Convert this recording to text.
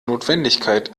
notwendigkeit